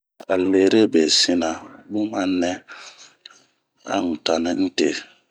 A lee're be sina ,bun ma mɛ a un tani unte.